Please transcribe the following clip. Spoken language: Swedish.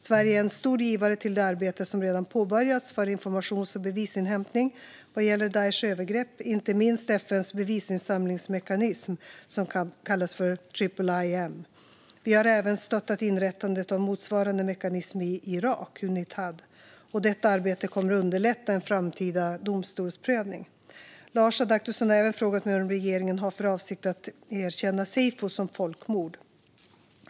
Sverige är en stor givare till det arbete som redan påbörjats för informations och bevisinhämtning vad gäller Daishs övergrepp, inte minst genom FN:s bevisinsamlingsmekanism, IIIM. Vi har även stöttat inrättandet av motsvarande mekanism i Irak, Unitad. Detta arbete kommer att underlätta en framtida domstolsprövning. Lars Adaktusson har även frågat mig om regeringen har för avsikt att erkänna seyfo som folkmord.